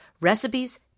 recipes